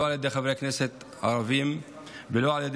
לא על ידי חברי הכנסת ערבים ולא על ידי